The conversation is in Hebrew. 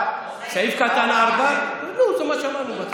חברים, אני ניגש להצבעה,